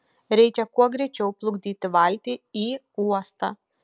reikia kuo greičiau plukdyti valtį į uostą